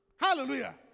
Hallelujah